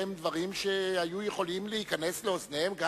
הם דברים שהיו יכולים להיכנס לאוזניהם גם